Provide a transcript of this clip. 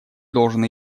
должен